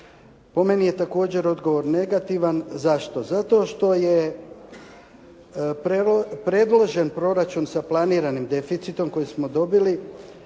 Po meni je također odgovor negativan. Zašto? Zato što je predloženi proračun sa planiranim deficitom koji smo dobili,